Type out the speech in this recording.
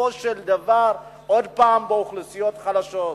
בסופו של דבר עוד פעם באוכלוסיות חלשות,